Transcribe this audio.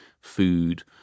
food